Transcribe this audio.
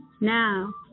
Now